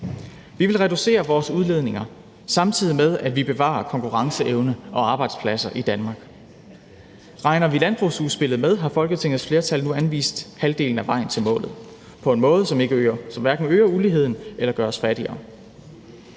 Vi vil reducere vores udledninger, samtidig med at vi bevarer konkurrenceevne og arbejdspladser i Danmark. Regner vi landbrugsudspillet med, har Folketingets flertal nu anvist halvdelen af vejen til målet på en måde, som hverken øger uligheden eller gør os fattigere.